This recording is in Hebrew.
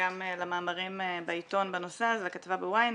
גם למאמרים בעיתון בנושא הזה, כתבה ב-ynet,